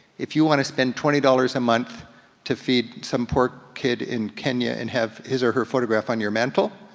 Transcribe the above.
if you wanna spend twenty dollars a month to feed some poor kid in kenya and have his or her photograph on your mantel,